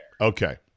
Okay